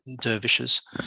dervishes